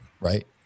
right